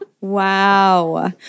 Wow